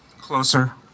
closer